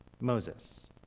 Moses